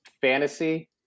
fantasy